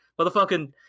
motherfucking